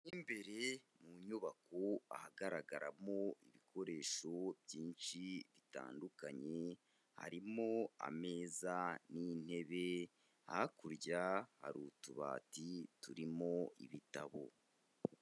Mo imbere mu nyubako ahagaragaramo ibikoresho byinshi bitandukanye, harimo ameza n'intebe, hakurya hari utubati turimo ibitabo.